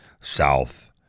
south